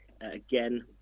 Again